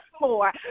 more